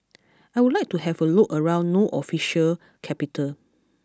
I would like to have a look around no official capital